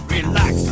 Relax